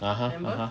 (uh huh) (uh huh)